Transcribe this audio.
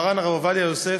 מרן הרב עובדיה יוסף,